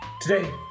Today